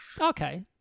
Okay